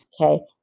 Okay